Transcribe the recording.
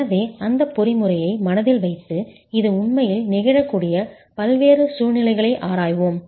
எனவே அந்த பொறிமுறையை மனதில் வைத்து இது உண்மையில் நிகழக்கூடிய பல்வேறு சூழ்நிலைகளை ஆராய்வோம்